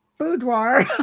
boudoir